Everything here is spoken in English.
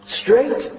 straight